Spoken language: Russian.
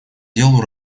делу